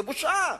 זו בושה,